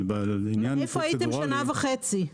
--- איפה הייתם שנה וחצי?